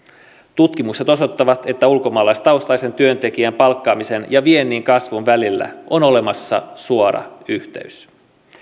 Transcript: tutkimukset osoittavat että ulkomaalaistaustaisen työntekijän palkkaamisen ja viennin kasvun välillä on olemassa suora yhteys